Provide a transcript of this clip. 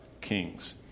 kings